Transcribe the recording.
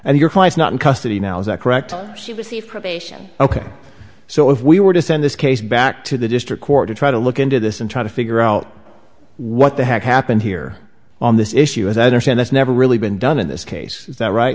and you're not in custody now is that correct she received probation ok so if we were to send this case back to the district court to try to look into this and try to figure out what the heck happened here on this issue as i understand that's never really been done in this case is that right